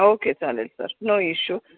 okay चालेल sir no issue